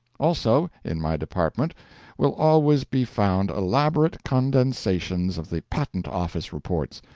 also, in my department will always be found elaborate condensations of the patent office reports,